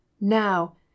Now